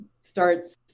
starts